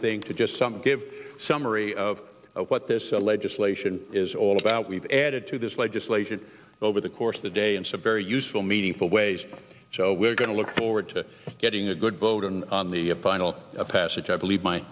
think to just some give a summary of what this legislation is all about we've added to this legislation over the course of the day and some very useful meaningful ways so we're going to look forward to getting a good vote and on the final passage i believe my